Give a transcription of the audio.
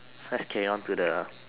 fresh crayon to the